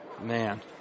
man